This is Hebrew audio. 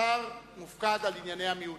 שר מופקד על ענייני המיעוטים,